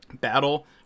battle